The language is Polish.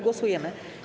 Głosujemy.